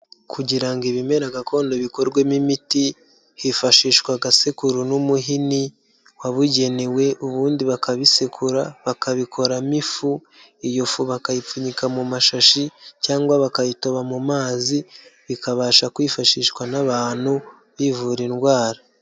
Kugira ngo ibimera gakondo bikorwemo imiti, hifashishwa agasekuru n'umuhini wabugenewe ubundi bakabisekura bakabikoramo ifu, iyo fu bakayipfunyika mu mashashi, cyangwa bakayitoba mu mazi, bikabasha kwifashishwa n'abantu bivura indwara.